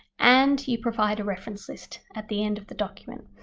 and you provide a reference list at the end of the document.